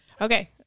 okay